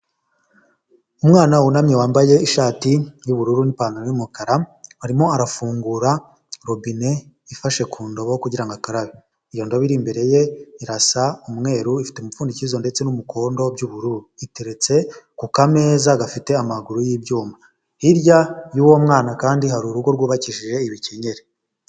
Umwana wunamye wambaye ishati y'ubururu n'ipantaro y'umukara arimo arafungura robine ifashe ku ndobo kugira ngo akarabe. Iyo iri imbere ye irasa umweru, ifite umupfundikizo ndetse n'umukondo by'ubururu, iteretse ku kameza gafite amaguru y'ibyuma. Hirya y'uwo mwana kandi hari urugo rwubakishije ibikenyeri.